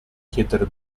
chiedere